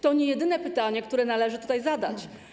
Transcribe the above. To nie jedyne pytanie, które należy tutaj zadać.